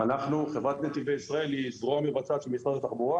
חברת נתיבי ישראל היא זרוע מבצעת של משרד התחבורה,